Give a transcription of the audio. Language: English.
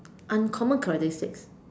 uncommon characteristics